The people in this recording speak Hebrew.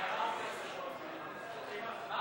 שתהפוך להצעה לסדר-היום,